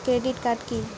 Credit card কি?